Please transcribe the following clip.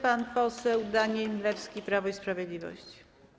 Pan poseł Daniel Milewski, Prawo i Sprawiedliwość.